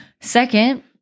Second